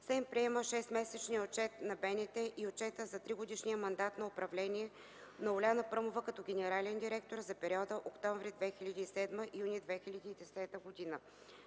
СЕМ приема шестмесечния отчет на БНТ и отчета за тригодишния мандат на управление на Уляна Пръмова като генерален директор за периода октомври 2007 – юни 2010 г.